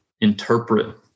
interpret